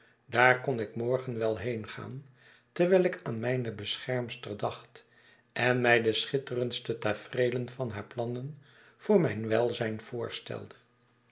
daar kon ik morgen wel heengaan terwijl ik aan mijne beschermster dacht en mij de schitterendste tafereelen van hare plannen voor mijn welzijn voorstelde